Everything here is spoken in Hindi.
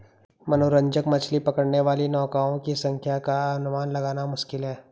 मनोरंजक मछली पकड़ने वाली नौकाओं की संख्या का अनुमान लगाना मुश्किल है